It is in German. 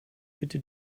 bitte